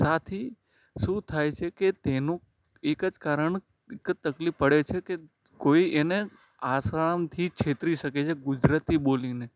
સાથી શું થાય છે કે તેનું એક જ કારણ એક જ તકલીફ પડે છે કે કોઈ એને આસાનીથી છેતરી શકે છે ગુજરાતી બોલીને